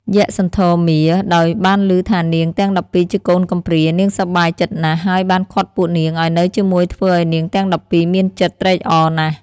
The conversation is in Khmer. យក្ខសន្ធមារដោយបានលឺថានាងទាំង១២ជាកូនកំព្រានាងសប្បាយចិត្តណាស់ ហើយបានឃាត់ពួកនាងឲ្យនៅជាមួយធ្វើឲ្យនាងទាំង១២មានចិត្តត្រេកអរណាស់។